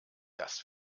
das